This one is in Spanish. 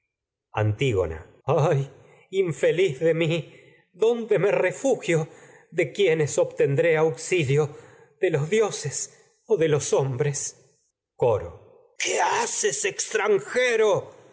antígona ay infeliz de mi auxilio dónde refugio o de quién obtendré de los dioses de los hombres coro qué haces extranjero